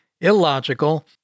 illogical